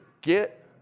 get